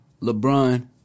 LeBron